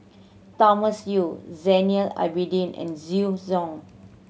Thomas Yeo Zainal Abidin and Zhu Hong